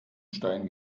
stein